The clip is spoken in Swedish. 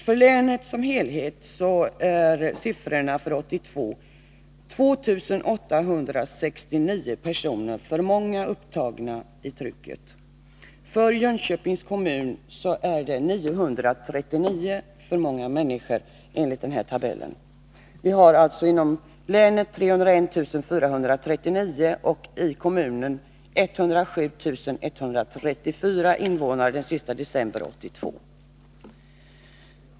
För länet som helhet är siffran för 1982 felaktig på det sättet att den anger 2 869 personer för mycket. För Jönköpings kommun angesi den här tabellen 939 människor för mycket. Den 31 december 1982 hade vi i länet 301439 och i kommunen 107 134 invånare.